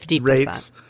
rates